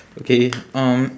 okay um